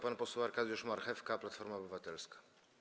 Pan poseł Arkadiusz Marchewka, Platforma Obywatelska.